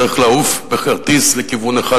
צריך לעוף בכרטיס לכיוון אחד,